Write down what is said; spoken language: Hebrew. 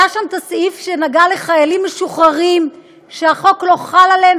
היה שם הסעיף שנגע לחיילים משוחררים שהחוק לא חל עליהם,